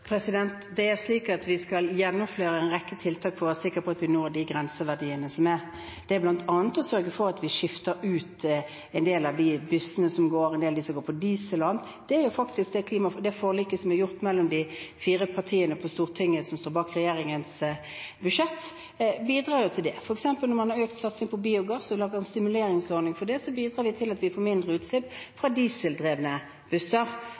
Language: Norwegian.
Vi skal gjennomføre en rekke tiltak for å være sikre på at vi når de grenseverdiene som er. Det handler bl.a. om å sørge for at man skifter ut en del av de bussene som går på diesel og annet. Det forliket som er inngått mellom de fire partiene på Stortinget som står bak regjeringens budsjett, bidrar jo til det. Når man f.eks. har økt satsingen på biogass og laget en stimuleringsordning for det, bidrar det til at vi får færre utslipp fra dieseldrevne busser.